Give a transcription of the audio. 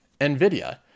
NVIDIA